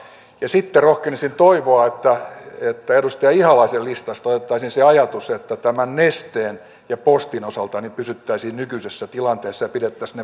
ja sitten rohkenisin toivoa edustaja ihalaisen listasta otettaisiin se ajatus että nesteen ja postin osalta pysyttäisiin nykyisessä tilanteessa ja pidettäisiin